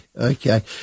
okay